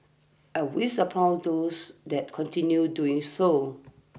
and we support those that continue doing so